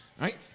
right